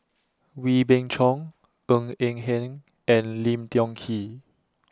Wee Beng Chong Ng Eng Hen and Lim Tiong Ghee